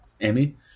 Amy